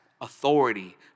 authority